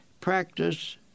practice